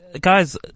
guys